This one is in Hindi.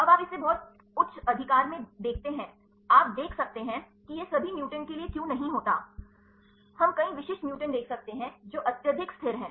अब आप इसे बहुत उच्च अधिकार में देखते हैं आप देख सकते हैं कि यह सभी म्यूटेंट के लिए क्यों नहीं होता है हम कई विशिष्ट म्यूटेशन देख सकते हैं जो अत्यधिक स्थिर हैं